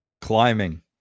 Climbing